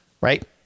right